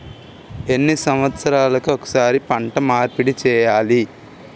ఎన్ని సంవత్సరాలకి ఒక్కసారి పంట మార్పిడి చేయాలి?